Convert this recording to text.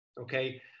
okay